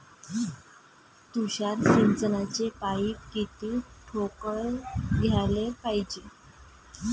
तुषार सिंचनाचे पाइप किती ठोकळ घ्याले पायजे?